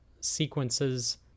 sequences